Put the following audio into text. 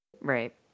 Right